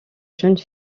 jeune